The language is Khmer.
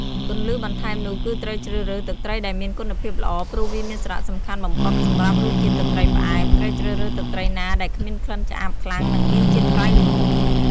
គន្លឹះបន្ថែមនោះគឺត្រូវជ្រើសរើស ទឹកត្រីដែលមានគុណភាពល្អ ព្រោះវាមានសារៈសំខាន់បំផុតសម្រាប់រសជាតិទឹកត្រីផ្អែម ត្រូវជ្រើសរើសទឹកត្រីណាដែលគ្មានក្លិនឆ្អាបខ្លាំង និងមានជាតិប្រៃល្មម។